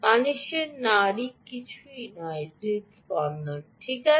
মানুষের নাড়ি কিছুই নয় হৃদস্পন্দন ঠিক আছে